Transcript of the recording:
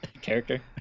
character